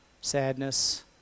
sadness